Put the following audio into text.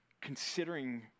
considering